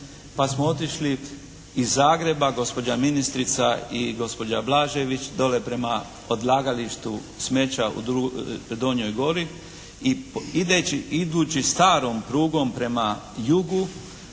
pa smo otišli iz Zagreba gospođa ministrica i gospođa Blažević dolje prema odlagalištu smeća u Donjoj Gori i idući starom prugom prema jugu